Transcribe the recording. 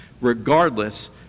Regardless